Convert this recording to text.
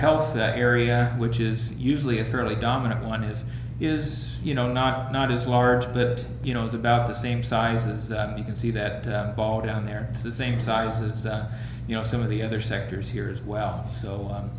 health the area which is usually a fairly dominant one is is you know not not as large but it you know is about the same size as you can see that ball down there is the same sizes you know some of the other sectors here as well so